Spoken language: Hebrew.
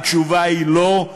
התשובה היא לא,